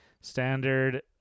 standard